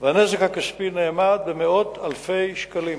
והנזק הכספי נאמד במאות אלפי שקלים.